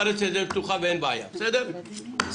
בעיה אובייקטיבית.